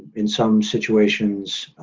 in some situations.